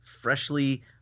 freshly